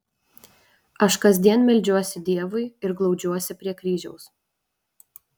aš kasdien meldžiuosi dievui ir glaudžiuosi prie kryžiaus